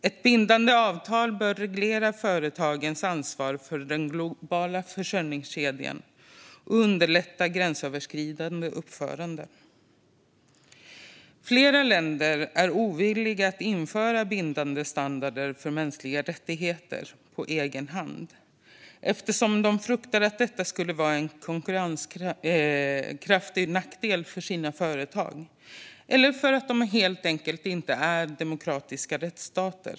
Ett bindande avtal bör reglera företagens ansvar för den globala försörjningskedjan och underlätta gränsöverskridande uppförande. Flera länder är ovilliga att införa bindande standarder för mänskliga rättigheter på egen hand eftersom de fruktar att det skulle vara en konkurrensmässig nackdel för de egna företagen eller på grund av att de helt enkelt inte är demokratiska rättsstater.